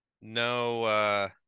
no